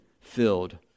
filled